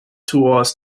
towards